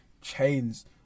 chains